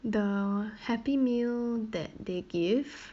the happy meal that they give